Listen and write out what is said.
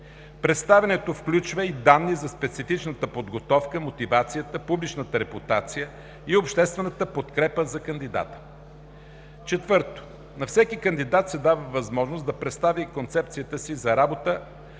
Представянето включва и данни за специфичната подготовка, мотивацията, публичната репутация и обществената подкрепа за кандидата. 4. На всеки кандидат се дава възможност да представи концепцията си за работа